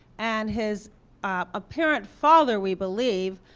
and his apparent father, we believe,